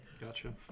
gotcha